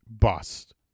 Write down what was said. bust